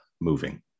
moving